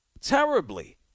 terribly